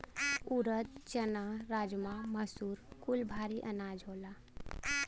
ऊरद, चना, राजमा, मसूर कुल भारी अनाज होला